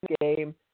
game